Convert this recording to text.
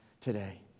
today